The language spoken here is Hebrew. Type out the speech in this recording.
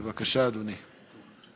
בבקשה, אדוני.